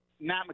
Matt